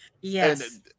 Yes